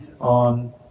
on